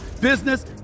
business